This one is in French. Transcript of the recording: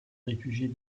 réfugiés